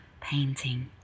painting